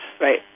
right